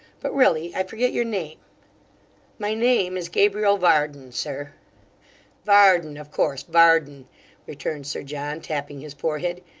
but really i forget your name my name is gabriel varden, sir varden, of course, varden returned sir john, tapping his forehead.